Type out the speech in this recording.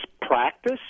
practice